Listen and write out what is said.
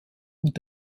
und